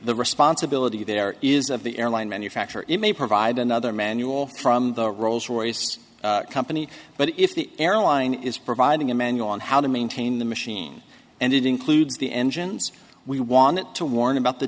the responsibility there is of the airline manufacturer it may provide another manual from the rolls royce company but if the airline is providing a man on how to maintain the machine and it includes the engines we want to warn about the